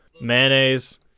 Mayonnaise